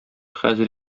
хәзер